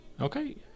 Okay